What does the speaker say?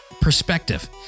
perspective